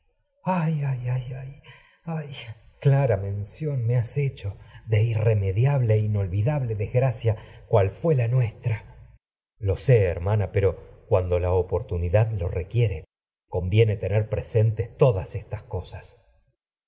experiencia electra ayayayay ayay e clara mención me has desgracia cual fué hecho de irremediable inolvidable la nuestra orestes lo sé hermana pero cuando la oportu nidad lo requiere conviene tener presentes todas esas cosas